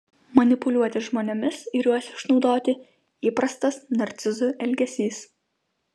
manipuliuoti žmonėmis ir juos išnaudoti įprastas narcizų elgesys